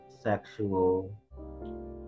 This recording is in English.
sexual